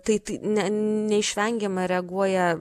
tai tai ne neišvengiamai reaguoja